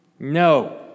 No